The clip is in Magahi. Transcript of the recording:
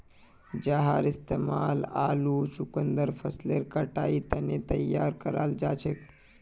जहार इस्तेमाल आलू चुकंदर फसलेर कटाईर तने तैयार कराल जाछेक